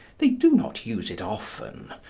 they do not use it often.